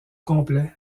complet